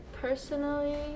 Personally